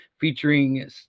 featuring